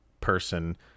person